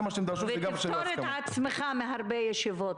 זה מה שהם דרשו,